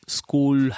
school